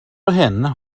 henne